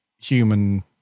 human